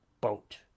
boat